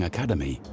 Academy